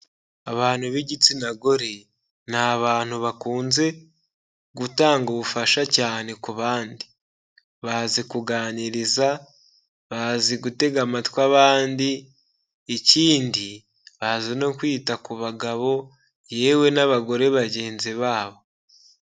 Abantu b'igitsina gore ni abantu bakunze gutanga ubufasha cyane ku bandi, bazi kuganiriza, bazi gutega amatwi abandi ikindi bazi no kwita ku bagabo yewe n'abagore bagenzi babo.